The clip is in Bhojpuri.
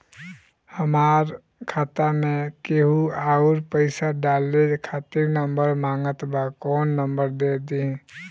हमार खाता मे केहु आउर पैसा डाले खातिर नंबर मांगत् बा कौन नंबर दे दिही?